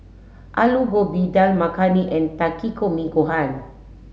Alu Gobi Dal Makhani and Takikomi Gohan